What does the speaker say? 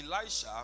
Elisha